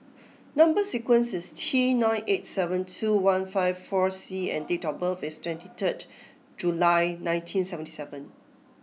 number sequence is T nine eight seven two one five four C and date of birth is twenty third July nineteen seventy seven